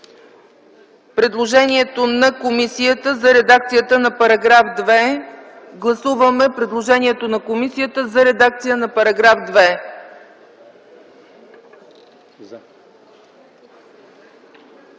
предложението на комисията за редакция на § 2.